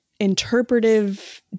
interpretive